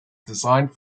designed